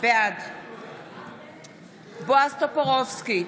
בעד בועז טופורובסקי,